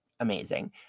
amazing